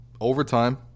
Overtime